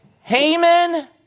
Haman